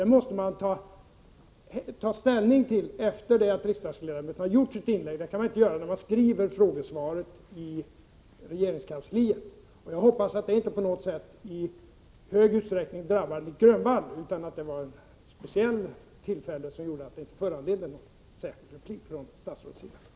Detta måste man ta ställning till sedan riksdagsledamoten har gjort sitt inlägg, det kan man inte göra när man skriver ut frågesvaret i regeringskansliet. Jag hoppas att detta inte i någon större utsträckning har drabbat just Nic Grönvall, utan att det var ett speciellt skäl som gjorde att inlägget inte föranledde någon replik från statsrådets sida.